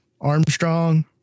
Armstrong